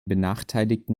benachteiligten